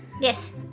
Yes